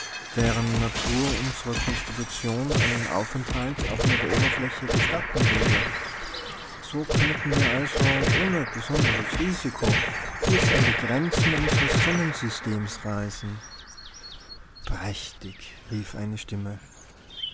deren natur unserer konstitution einen aufenthalt auf ihrer oberfläche gestatten würde so könnten wir also ohne besonderes risiko bis an die grenzen unseres sonnensystems reisen prächtig rief eine stimme